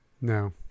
No